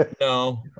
No